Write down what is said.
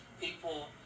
people